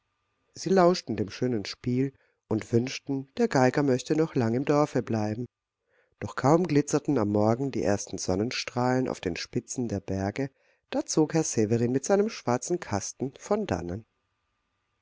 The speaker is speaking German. sie lauschten dem schönen spiel und wünschten der geiger möchte noch lang im dorfe bleiben doch kaum glitzerten am morgen die ersten sonnenstrahlen auf den spitzen der berge da zog herr severin mit seinem schwarzen kasten von dannen